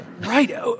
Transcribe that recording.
Right